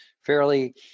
fairly